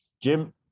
Jim